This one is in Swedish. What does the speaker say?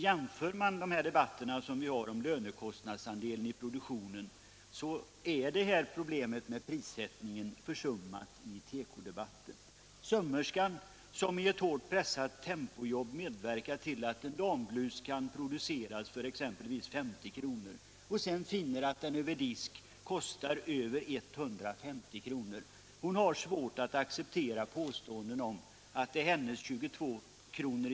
Jämför man med våra debatter om lönekostnadsandelen i produktionen, är problemet med prissättningen försummat i tekodebatten. Sömmerskan som i ett hårt pressat tempoarbete medverkar till att en damblus kan produceras för exempelvis 50 kr. och sedan finner att den vid disk kostar över 150 kr. har svårt att acceptera påståendet att det är hennes 22 kr.